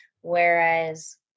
Whereas